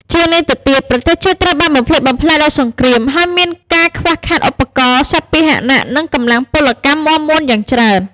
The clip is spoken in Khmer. ជាងនេះទៅទៀត ប្រទេសជាតិត្រូវបានបំផ្លិចបំផ្លាញដោយសង្គ្រាម ហើយមានការ ខ្វះខាតឧបករណ៍ សត្វពាហនៈ និងកម្លាំងពលកម្មមាំមួនយ៉ាងច្រើន។